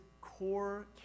core